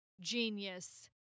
genius